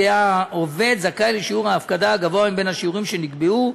יהיה העובד זכאי לשיעור ההפקדה הגבוה מבין השיעורים שנקבעו.